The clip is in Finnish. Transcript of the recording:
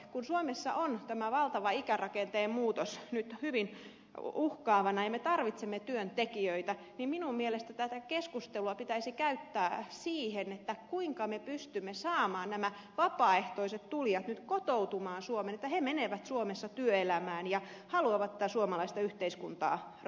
kun suomessa on tämä valtava ikärakenteen muutos nyt hyvin uhkaavana ja me tarvitsemme työntekijöitä niin minun mielestäni tätä keskustelua pitäisi käyttää siihen kuinka me pystymme saamaan nämä vapaaehtoiset tulijat nyt kotoutumaan suomeen että he menevät suomessa työelämään ja haluavat tätä suomalaista yhteiskuntaa rakentaa